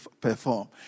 perform